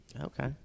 Okay